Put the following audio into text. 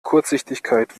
kurzsichtigkeit